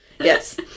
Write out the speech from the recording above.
Yes